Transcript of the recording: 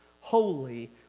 holy